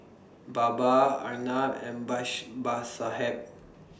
Baba Arnab and